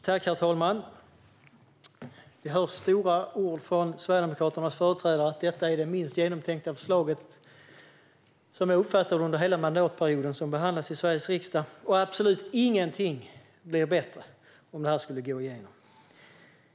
Herr talman! Vi hör stora ord från Sverigedemokraternas företrädare om att detta är det minst genomtänkta förslag - som jag uppfattar det - under hela mandatperioden som behandlas i Sveriges riksdag och att absolut ingenting skulle bli bättre om det skulle gå igenom.